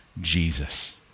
Jesus